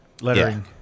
lettering